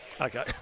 Okay